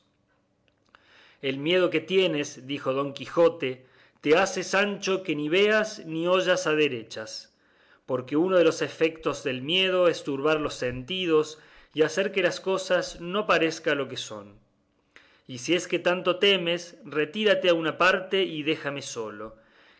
el miedo que tienes dijo don quijote te hace sancho que ni veas ni oyas a derechas porque uno de los efectos del miedo es turbar los sentidos y hacer que las cosas no parezcan lo que son y si es que tanto temes retírate a una parte y déjame solo